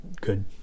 good